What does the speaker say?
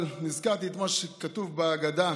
אבל נזכרתי במה שכתוב בהגדה: